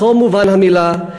בכל מובן המילה,